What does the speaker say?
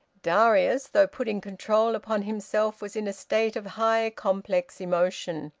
darius, though putting control upon himself, was in a state of high complex emotion,